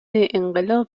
انقلاب